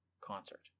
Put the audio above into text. concert